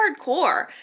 hardcore